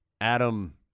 Adam